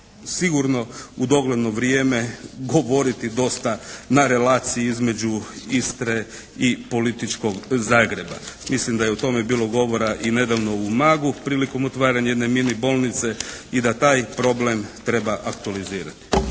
sigurno u dogledno vrijeme govoriti dosta na relaciji između Istre i političkog Zagreba. Mislim da je o tome bilo govora i nedavno u Umagu, prilikom otvaranja jedne mini bolnice i da taj problem treba aktualizirati.